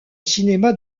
cinéma